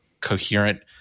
coherent